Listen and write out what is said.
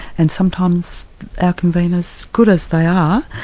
and sometimes our convenors, good as they are,